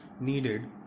needed